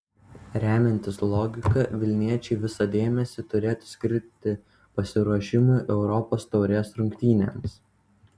remiantis logika vilniečiai visą dėmesį turėtų skirti pasiruošimui europos taurės rungtynėms